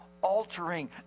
Altering